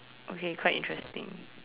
okay quite interesting